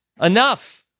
Enough